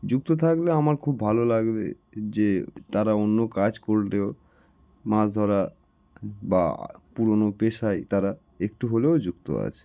যুক্ত থাকলে আমার খুব ভালো লাগবে যে তারা অন্য কাজ করলেও মাছ ধরা বা পুরোনো পেশায় তারা একটু হলেও যুক্ত আছে